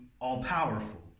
all-powerful